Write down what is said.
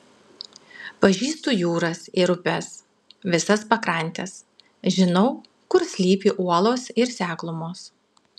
pažįstu jūras ir upes visas pakrantes žinau kur slypi uolos ir seklumos